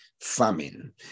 famine